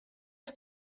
els